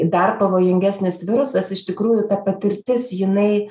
dar pavojingesnis virusas iš tikrųjų ta patirtis jinai